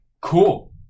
Cool